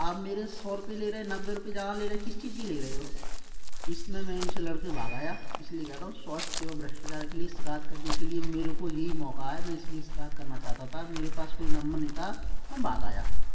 आप मेरे से सौ रुपए ले रहे नब्बे रुपए ज़्यादा ले रहे किस चीज की ले रहे हो इसमें मैं उनसे लड़ के भाग आया इसीलिए कहता हूँ स्वास्थ्य सेवा भ्रष्टाचार के लिए शिकायत करने के लिए मेरे को यही मौका है मैं इसलिए शिकायत करना चाहता था मेरे पास कोई नंबर नहीं था मैं भाग आया